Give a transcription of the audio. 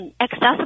Accessible